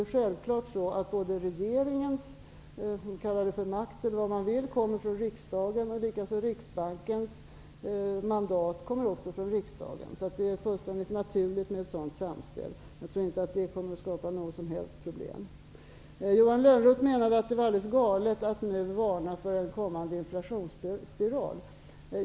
Självfallet kommer regeringens makt - eller vad man nu skall kalla det för - från riksdagen. Likaså kommer Riksbankens mandat från riksdagen. Det är således fullständigt naturligt med ett samspel här. Jag tror inte att det kommer att skapa några som helst problem. Johan Lönnroth menade att det var alldeles galet att nu varna för en kommande inflationsspiral.